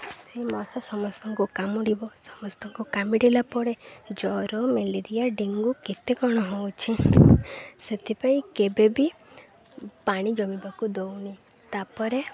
ମଶା ସମସ୍ତଙ୍କୁ କାମୁଡ଼ିବ ସମସ୍ତଙ୍କୁ କାମୁଡ଼ିଲା ପରେ ଜ୍ୱର ମ୍ୟାଲେରିଆ ଡ଼େଙ୍ଗୁ କେତେ କ'ଣ ହଉଛି ସେଥିପାଇଁ କେବେବି ପାଣି ଜମିବାକୁ ଦେଉନି ତାପରେ